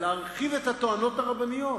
להרחיב את הכשרת הטוענות הרבניות.